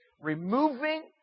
removing